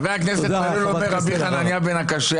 חבר הכנסת מלול אומר רבי חנניה בן עקשיא